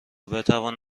بتوان